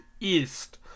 east